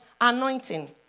Anointing